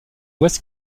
west